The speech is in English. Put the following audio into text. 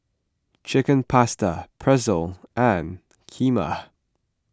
Chicken Pasta Pretzel and Kheema